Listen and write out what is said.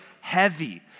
heavy